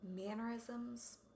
mannerisms